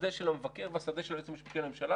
השדה של המבקר והשדה של היועץ המשפטי לממשלה,